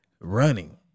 running